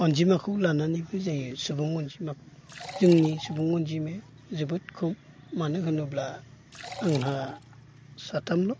अनजिमाखौ लानानैबो जायो सुबुं अनजिमाखौ जोंनि सुबुं अनजिमाया जोबोद खम मानो होनोब्ला आंहा साथामल'